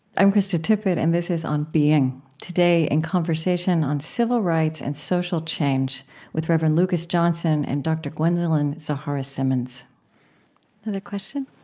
i'm krista tippett and this is on being. today in conversation on civil rights and social change with rev. and lucas johnson and dr. gwendolyn zoharah simmons another question?